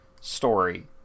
story